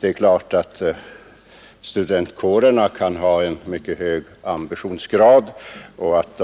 Det är klart att studentkårerna kan ha en mycket hög ambitionsgrad och att